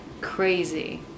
crazy